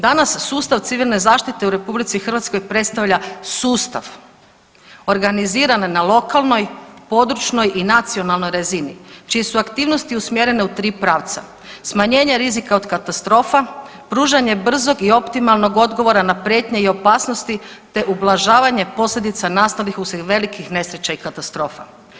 Danas sustav civilne zaštite u RH predstavlja sustav organiziran na lokalnoj, područnoj i nacionalnoj razini čije su aktivnosti usmjerene u tri pravca, smanjenje rizika od katastrofa, pružanje brzog i optimalnog odgovora na prijetnje i opasnosti, te ublažavanje posljedica nastalih uslijed velikih nesreća i katastrofa.